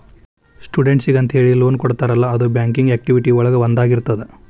ಸ್ಟೂಡೆಂಟ್ಸಿಗೆಂತ ಹೇಳಿ ಲೋನ್ ಕೊಡ್ತಾರಲ್ಲ ಅದು ಬ್ಯಾಂಕಿಂಗ್ ಆಕ್ಟಿವಿಟಿ ಒಳಗ ಒಂದಾಗಿರ್ತದ